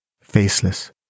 faceless